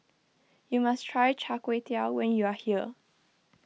you must try Char Kway Teow when you are here